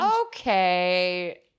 Okay